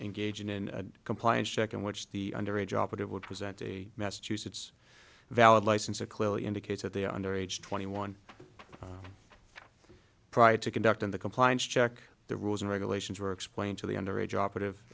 engaging in compliance check in which the under age operative would present a massachusetts valid license that clearly indicates that they are under age twenty one prior to conduct in the compliance check the rules and regulations were explained to the under age operative